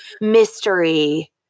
mystery